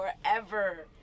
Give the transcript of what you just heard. forever